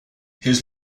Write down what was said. his